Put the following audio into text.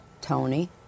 Tony